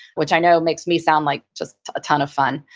which i know makes me sound like just a ton of fun.